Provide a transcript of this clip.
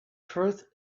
truth